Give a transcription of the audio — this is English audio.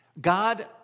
God